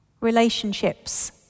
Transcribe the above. Relationships